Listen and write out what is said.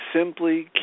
simply